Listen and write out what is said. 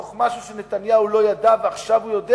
מתוך משהו שנתניהו לא ידע ועכשיו הוא יודע